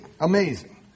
Amazing